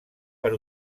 per